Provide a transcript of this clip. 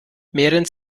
mehren